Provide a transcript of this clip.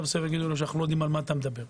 ויגידו לו: לא יודעים על מה אתה מדבר.